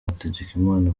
hategekimana